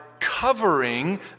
Covering